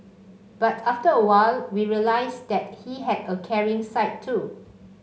but after a while we realised that he had a caring side too